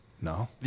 No